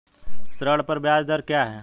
ऋण पर ब्याज दर क्या है?